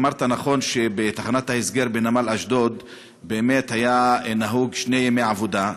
אמרת נכון שבתחנת ההסגר בנמל אשדוד באמת היו נהוגים שני ימי עבודה.